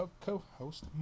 co-host